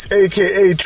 aka